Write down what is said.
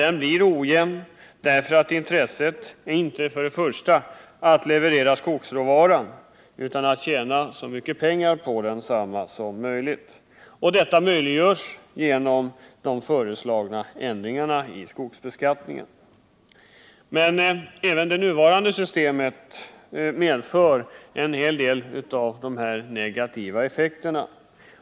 Intresset är då först och främst inte att leverera skogsråvaran utan att tjäna så mycket pengar på den som möjligt. Detta möjliggörs genom de föreslagna ändringarna i skogsbeskattningen. Men även det nuvarande systemet har en hel del negativa effekter.